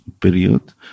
period